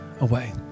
away